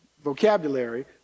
vocabulary